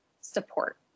support